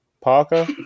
Parker